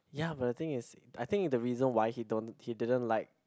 ya but the thing is I think the reason why he don't he didn't like